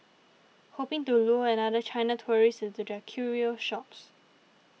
hoping to lure another China tourist into their curio shops